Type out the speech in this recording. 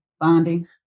Bonding